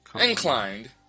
inclined